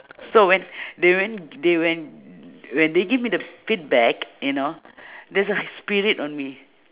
so when they when they when when they give me the feedback you know there's a spirit on me